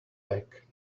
pack